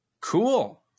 Cool